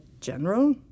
general